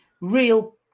real